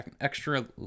extra